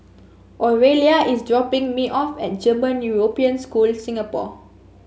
Orelia is dropping me off at German European School Singapore